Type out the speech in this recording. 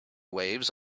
waves